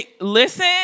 Listen